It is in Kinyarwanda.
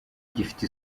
gifite